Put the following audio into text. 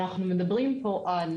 אנחנו מדברים פה על